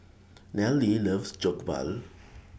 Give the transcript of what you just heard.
Nallely loves Jokbal